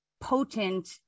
potent